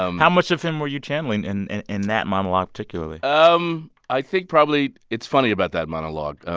um how much of him were you channeling and and in that monologue particularly? um i think probably it's funny about that monologue. ah